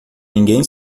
ninguém